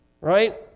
Right